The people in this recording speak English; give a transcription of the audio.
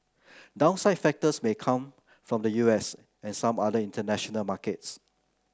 downside factors may come from the U S and some other international markets